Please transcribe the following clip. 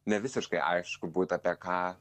nevisiškai aišku būtų apie ką